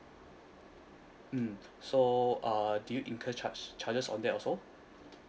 mm so uh do you incur charge charges on that also